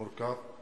מורכב,